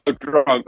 drunk